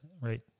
right